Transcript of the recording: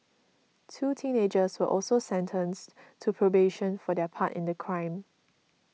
two teenagers were also sentenced to probation for their part in the crime